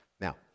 now